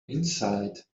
insight